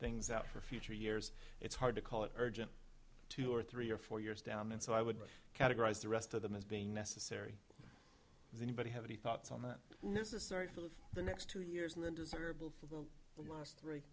things out for future years it's hard to call it urgent two or three or four years down and so i would categorize the rest of them as being necessary is anybody have any thoughts on that necessary for the next two years and then desirable for the last three